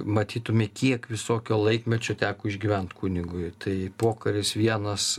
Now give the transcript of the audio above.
matytume kiek visokio laikmečio teko išgyvent kunigui tai pokaris vienas